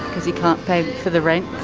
because you can't pay for the rent?